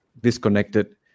disconnected